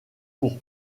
pour